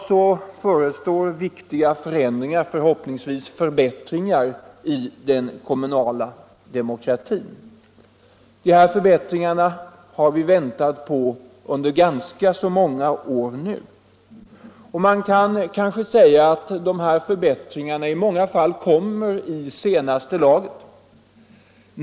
Framför oss har vi viktiga förändringar — förhoppningsvis förbättringar — i den kommunala demokratin. Dessa förbättringar har vi väntat på i ganska många år. Man kan säga att de i många fall kommer i senaste laget.